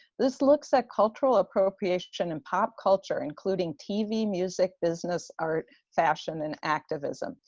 this looks at cultural appropriation and pop culture, including tv, music, business, art, fashion, and activism.